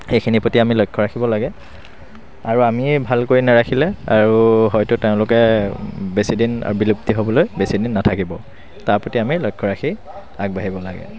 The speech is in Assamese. সেইখিনিৰ প্ৰতি আমি লক্ষ্য ৰাখিব লাগে আৰু আমিয়ে ভালকৈ নাৰাখিলে আৰু হয়তো তেওঁলোকে বেছিদিন বিলুপ্তি হ'বলৈ আৰু বেছিদিন নেথাকিব তাৰ প্ৰতি আমি লক্ষ্য ৰাখি আগবাঢ়িব লাগে